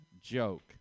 joke